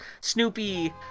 Snoopy